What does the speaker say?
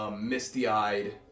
Misty-eyed